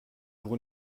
pour